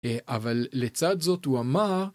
אבל לצד זאת הוא אמר...